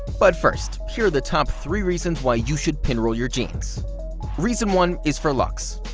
but first, here are the top three reasons why you should pinroll your jeans reason one is for looks.